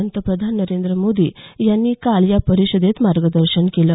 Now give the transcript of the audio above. पंतप्रधान नरेंद्र मोदी यांनी काल या परिषदेत मार्गदर्शन केलं